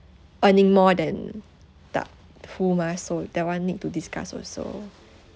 earning more than that who mah so that one need to discuss also